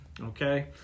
okay